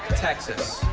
texas.